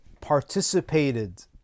participated